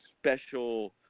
special